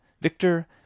Victor